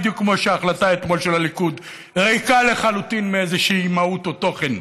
בדיוק כמו ההחלטה אתמול של הליכוד: ריקה לחלוטין מאיזשהו מהות או תוכן,